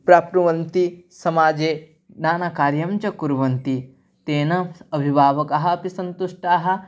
प्राप्नुवन्ति समाजे नानाकार्यं च कुर्वन्ति तेन अविवाहकाः अपि सन्तुष्टाः